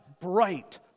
bright